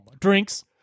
Drinks